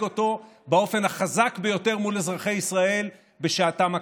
אותו באופן החזק ביותר מול אזרחי ישראל בשעתם הקשה.